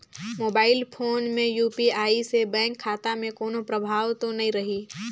Mobile phone मे UPI से bank खाता मे कोनो प्रभाव तो नइ रही?